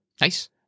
Nice